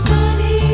Sunny